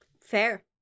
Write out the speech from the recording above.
Fair